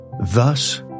Thus